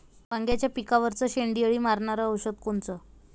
वांग्याच्या पिकावरचं शेंडे अळी मारनारं औषध कोनचं?